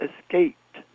escaped